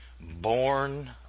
born